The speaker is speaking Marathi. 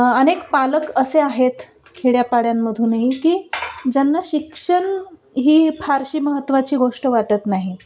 अनेक पालक असे आहेत खेड्यापाड्यांमधूनही की ज्यांना शिक्षण ही फारशी महत्त्वाची गोष्ट वाटत नाही